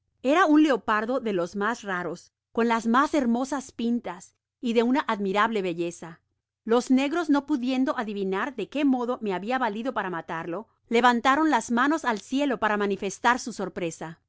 era un leopardo de los mas raros con las mas hermosas pintas y de una admirable belleza los negros no pudiendo adivinar de qué modo me habia valido para matarlo levantaron las manos al cielo para manifestar su sorpresa